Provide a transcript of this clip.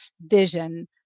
vision